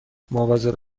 مواظب